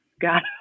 got